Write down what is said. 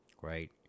Right